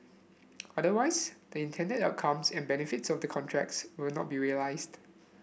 otherwise the intended outcomes and benefits of the contracts would not be realized